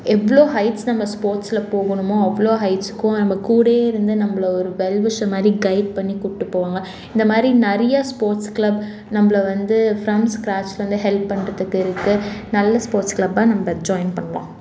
எவ்வளோ ஹைட்ஸ் நம்ம ஸ்போர்ட்ஸில் போகணுமோ அவ்வளோ ஹைட்ஸ்ஸுக்கும் நம்ம கூடையே இருந்து நம்மளை ஒரு வெல்விஷர் மாதிரி கைட் பண்ணி கூட்டு போவாங்க இந்தமாதிரி நிறைய ஸ்போர்ட்ஸ் கிளப் நம்பளை வந்து ஃப்ரம் ஸ்க்ராட்ச்லந்து ஹெல்ப் பண்ணுறத்துக்கு இருக்கு நல்ல ஸ்போர்ட்ஸ் கிளப்பாக நம்ப ஜாயின் பண்ணலாம்